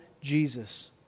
Jesus